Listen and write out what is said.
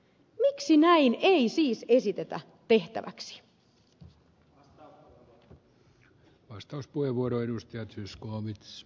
miksi näin ei siis esitetä tehtäväksi